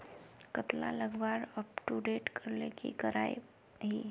कतला लगवार अपटूडेट करले की करवा ई?